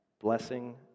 blessing